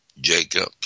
Jacob